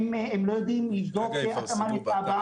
הם לא יודעים לבדוק התאמה לתב"ע,